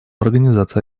организация